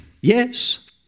Yes